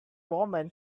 woman